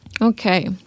Okay